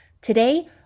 Today